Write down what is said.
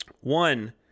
One